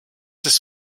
das